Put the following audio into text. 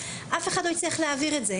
אף אחד לא הצליח להעביר את זה.